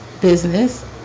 business